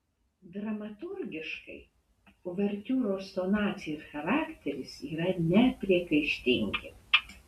dramaturgiškai uvertiūros tonacija ir charakteris yra nepriekaištingi